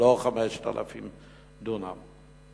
לא 5,000 דונם.